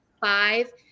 five